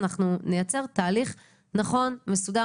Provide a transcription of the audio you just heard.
אנחנו נייצר תהליך נכון ומסודר,